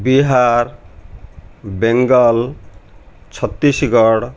Bihar Bengal Chhattisgarh